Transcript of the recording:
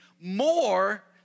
more